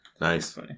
nice